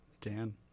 Dan